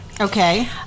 Okay